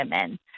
women